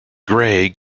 grey